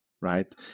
right